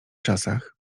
czasach